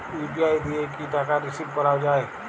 UPI দিয়ে কি টাকা রিসিভ করাও য়ায়?